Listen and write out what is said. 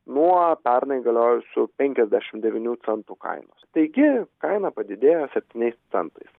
nuo pernai galiojusių penkiasdešimt devynių centų kainos taigi kaina padidėjo septyniais centais